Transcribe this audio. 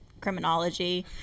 criminology